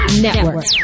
Network